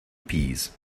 peas